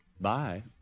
Bye